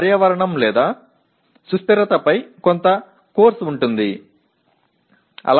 சுற்றுச்சூழல் அல்லது நிலைத்தன்மை குறித்த சில பாடநெறிகள் உள்ளன